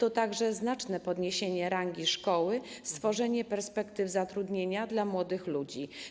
Oznacza to znaczne podniesienie rangi szkoły i stworzenie perspektyw zatrudnienia dla młodych ludzi.